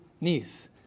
niece